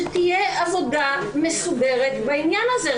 שתהיה עבודה מסודרת בעניין הזה.